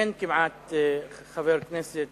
אין כמעט חבר כנסת